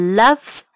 loves